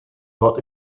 not